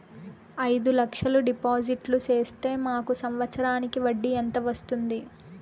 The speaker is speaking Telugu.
అయిదు లక్షలు డిపాజిట్లు సేస్తే మాకు సంవత్సరానికి వడ్డీ ఎంత వస్తుంది?